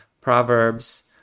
proverbs